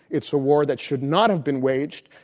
it's a war that should not have been waged,